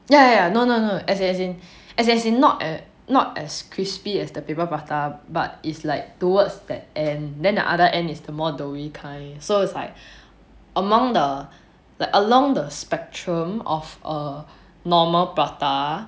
ya ya ya no no no as in as in as in as in not as crispy as the paper prata but it's like towards the end and then the other end is the more doughy kind so it's like among the like along the spectrum of a normal prata